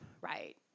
right